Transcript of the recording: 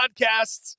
podcasts